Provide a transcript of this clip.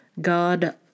god